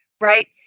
right